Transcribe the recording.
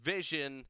Vision